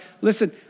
listen